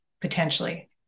potentially